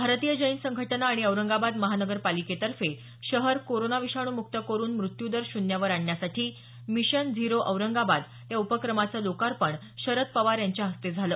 भारतीय जैन संघटना आणि औरंगाबाद महापालिकेतर्फे शहर कोरोना विषाणुमुक्त करून मृत्यूदर शून्यावर आणण्यासाठी मिशन झिरो औरंगाबाद या उपक्रमाचं लोकार्पण शरद पवार यांच्या हस्ते झालं